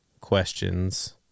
questions